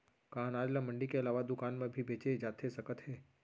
का अनाज ल मंडी के अलावा दुकान म भी बेचे जाथे सकत हे?